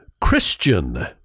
Christian